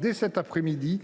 dès cet après midi